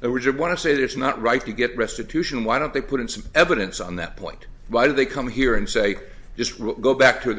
that would you want to say that it's not right to get restitution why don't they put in some evidence on that point why did they come here and say this route go back to